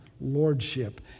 lordship